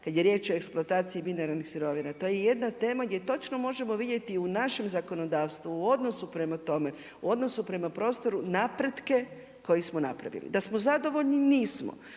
kad je riječ o eksploataciji mineralnih sirovina to je jedna tema gdje točno možemo vidjeti u našem zakonodavstvu, u odnosu prema tome, u odnosu prema prostoru napretke koje smo napravili. Da smo zadovoljni nismo,